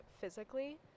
physically